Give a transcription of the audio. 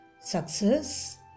success